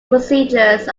procedures